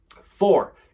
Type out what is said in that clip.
Four